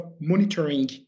monitoring